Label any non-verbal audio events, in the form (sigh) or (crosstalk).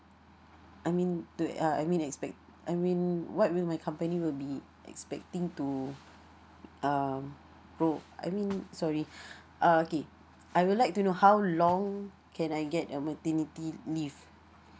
I mean do uh I mean expect I mean what will my company will be expecting to um pro I mean sorry (breath) uh okay I would like to know how long can I get a maternity leave